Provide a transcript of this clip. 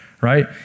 right